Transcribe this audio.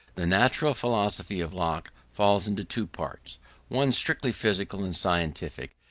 the natural philosophy of locke falls into two parts one strictly physical and scientific,